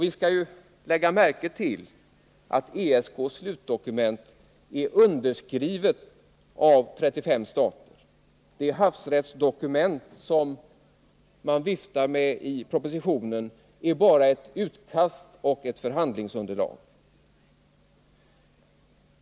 Vi skall lägga märke till att ESK:s slutdokument är underskrivet av 35 stater, medan det havsrättsdokument som man viftar med i propositionen bara är ett utkast och ett förhandlingsunderlag.